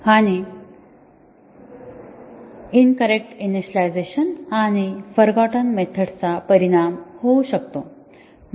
आणि incorrect initialization आणि forgotten मेथड्सचा परिणाम होऊ शकतो